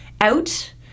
out